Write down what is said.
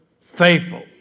faithful